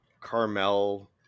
Carmel